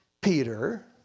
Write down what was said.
Peter